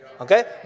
Okay